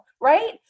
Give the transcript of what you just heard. right